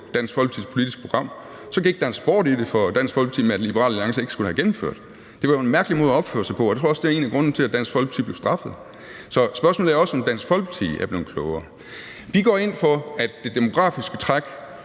Dansk Folkepartis politiske program, så gik der en sport i for Dansk Folkeparti, at Liberal Alliance ikke skulle have det gennemført. Det var jo en mærkelig måde at opføre sig på, og det tror jeg også er en af grundene til, at Dansk Folkeparti er blevet straffet. Så spørgsmålet er også, om Dansk Folkeparti er blevet klogere. Vi går ind for, at det demografiske træk